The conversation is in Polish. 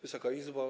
Wysoka Izbo!